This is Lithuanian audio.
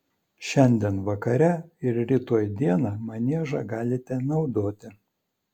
šiandien vakare ir rytoj dieną maniežą galite naudoti